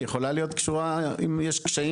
היא יכולה להיות קשורה אם יש קשיים